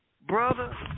Brother